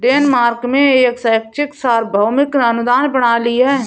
Denmark में एक शैक्षिक सार्वभौमिक अनुदान प्रणाली है